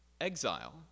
Exile